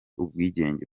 ubwigenge